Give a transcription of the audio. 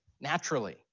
naturally